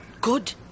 Good